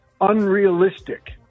unrealistic